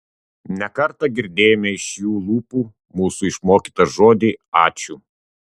ne kartą girdėjome iš jų lūpų mūsų išmokytą žodį ačiū